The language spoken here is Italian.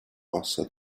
possa